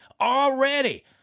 Already